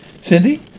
Cindy